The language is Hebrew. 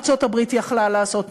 מה ארצות-הברית יכלה לעשות,